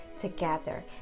together